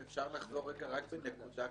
אם אפשר לחזור לרגע רק לנקודה קטנה.